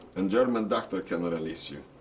and german doctor can release you.